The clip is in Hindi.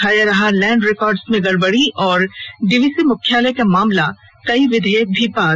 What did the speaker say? छाया रहा लैंड रिकार्ड्स में गड़बड़ी और डीवीसी मुख्यालय का मामला कई विधयेक भी पास